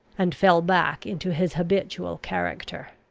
and fell back into his habitual character.